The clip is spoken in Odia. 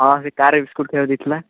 ହଁ ସେ କାର୍ରେ ବିସ୍କୁଟ୍ ଖାଇବାକୁ ଦେଇଥିଲା